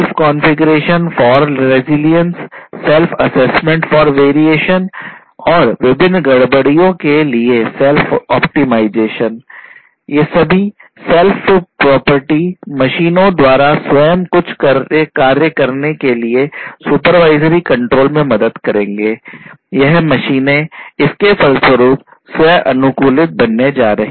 configuration बनने जा रही हैं